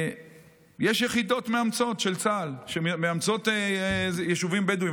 יש יחידות מאמצות של צה"ל שמאמצות יישובים בדואיים.